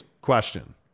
question